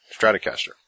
Stratocaster